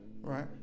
Right